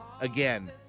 again